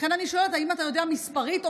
לכן אני שואלת אם אתה יודע מספרית או